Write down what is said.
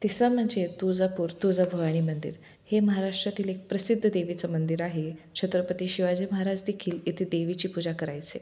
तिसर म्हणजे तुळजापूर तुळजाभवानी मंदिर हे महाराष्ट्रातील एक प्रसिद्ध देवीचं मंदिर आहे छत्रपती शिवाजी महाराजदेखील इथे देवीची पूजा करायचे